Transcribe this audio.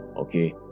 okay